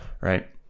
Right